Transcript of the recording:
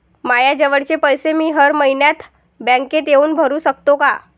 मायाजवळचे पैसे मी हर मइन्यात बँकेत येऊन भरू सकतो का?